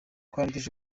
kwandikisha